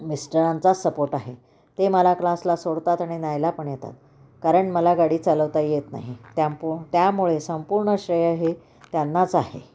मिस्टरांचाच support आहे ते मला क्लासला सोडतात आणि न्यायला पण येतात कारण मला गाडी चालवता येत नाही त्यापो त्यामुळे संपूर्ण श्रेय हे त्यांनाच आहे